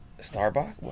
Starbucks